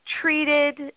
treated